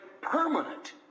permanent